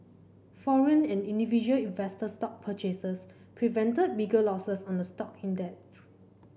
foreign and individual investor stock purchases prevented bigger losses on the stock index